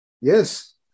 Yes